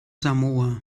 samoa